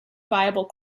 viable